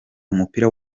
umupira